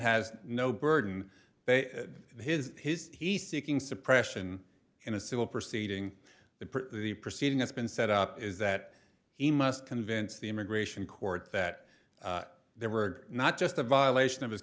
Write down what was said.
has no burden his his he's seeking suppression in a civil proceeding that the proceeding that's been set up is that he must convince the immigration court that there were not just a violation of his